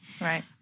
Right